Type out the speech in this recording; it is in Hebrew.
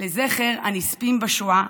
לזכר הנספים בשואה